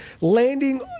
landing –